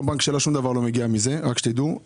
שום דבר לא מגיע לחשבון הבנק שלה.